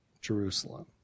Jerusalem